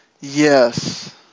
Yes